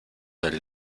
del